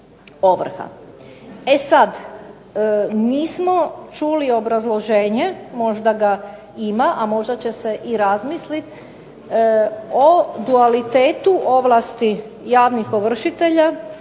E sad, nismo čuli obrazloženje, možda ga ima, a možda će se i razmisliti, o dualitetu ovlasti javnih ovršitelja